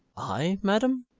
i, madam?